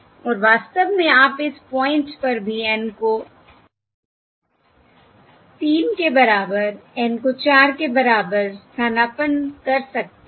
और वास्तव में आप इस पॉइंट पर भी N को 3 के बराबर N को 4 के बराबर स्थानापन्न कर सकते हैं